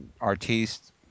Artiste